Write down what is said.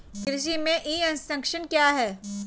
कृषि में e extension क्या है?